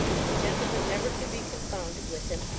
the gentleman never can be confounded with him,